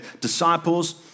disciples